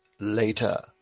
later